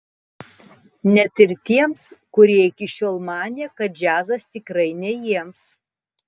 net ir tiems kurie iki šiol manė kad džiazas tikrai ne jiems